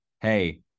hey